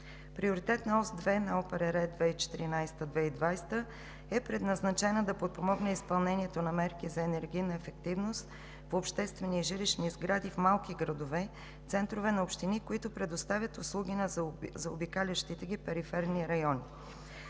„Регионално развитие“ 2014 – 2020, е предназначена да подпомогне изпълнението на мерки за енергийна ефективност в обществени и жилищни сгради в малки градове, центрове на общини, които предоставят услуги на заобикалящите ги периферни райони.